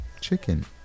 chicken